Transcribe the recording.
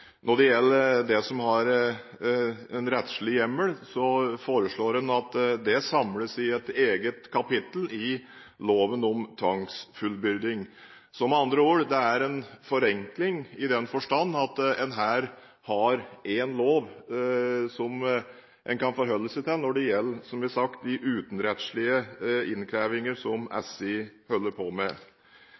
Når det gjelder det som har en rettslig hjemmel, foreslår en at det samles i et eget kapittel i loven om tvangsfullbyrding. Det er med andre ord en forenkling i den forstand at en her har én lov som en kan forholde seg til når det gjelder de utenrettslige innkrevinger som SI holder på med.